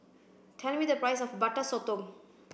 tell me the price of butter Sotong